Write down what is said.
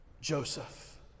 Joseph